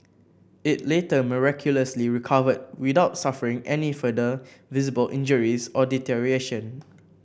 it later miraculously recovered without suffering any further visible injuries or deterioration